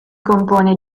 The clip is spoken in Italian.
compone